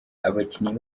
abakinnyi